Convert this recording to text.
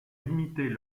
limiter